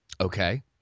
Okay